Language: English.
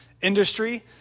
industry